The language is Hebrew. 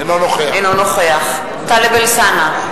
אינו נוכח טלב אלסאנע,